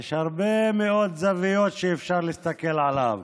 יש הרבה מאוד זוויות שמהן אפשר להסתכל עליו.